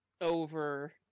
over